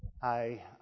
Hi